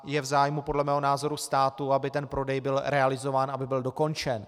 Je v zájmu podle mého názoru státu, aby ten prodej byl realizován, aby byl dokončen.